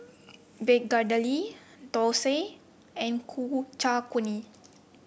begedil dosa and Ku Chai Kuih